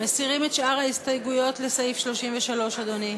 מסירים את שאר ההסתייגויות לסעיף 33, אדוני.